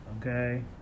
Okay